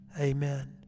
amen